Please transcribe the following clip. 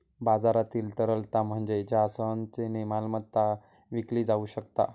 बाजारातील तरलता म्हणजे ज्या सहजतेन मालमत्ता विकली जाउ शकता